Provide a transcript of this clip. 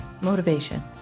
Motivation